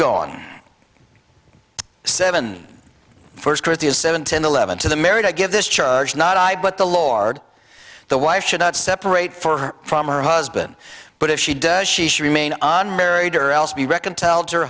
is seven ten eleven to the married i give this church not i but the lord the wife should not separate for her from her husband but if she does she should remain on married or else be reconciled to her